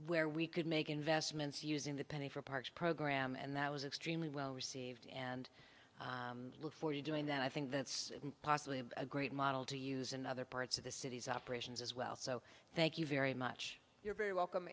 where we could make investments using the penny for parks program and that was extremely well received and look for you doing that i think that's possibly a great model to use in other parts of the city's operations as well so thank you very much you're very welcome